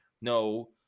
No